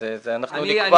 אנחנו נקבע.